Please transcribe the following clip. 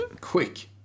Quick